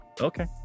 okay